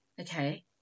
okay